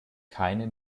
keine